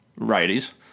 righties